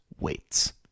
weights